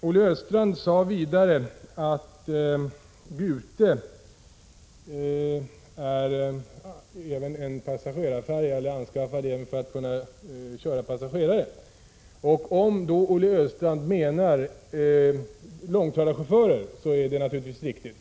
Olle Östrand sade vidare att Gute är anskaffad för att även kunna ta passagerare. Om Olle Östrand med passagerare menar långtradarchaufförer är det naturligtvis riktigt.